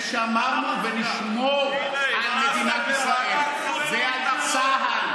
ושמרנו ונשמור על מדינת ישראל ועל צה"ל.